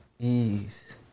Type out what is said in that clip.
ease